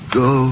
go